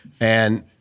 and-